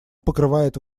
покрывает